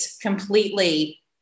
completely